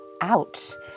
out